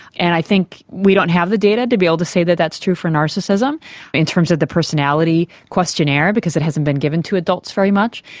and i think we don't have the data to be able to say that that's true for narcissism in terms of the personality questionnaire because it hasn't been given to adults very much,